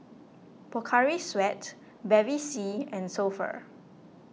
Pocari Sweat Bevy C and So Pho